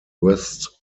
west